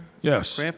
yes